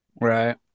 Right